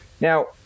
Now